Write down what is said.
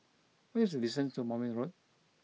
what is the distance to Moulmein Road